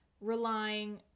relying